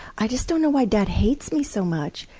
i just don't know why dad hates me so much!